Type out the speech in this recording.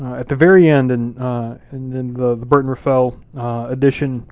at the very end and and in the the burton raffel edition,